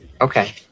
Okay